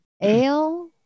ale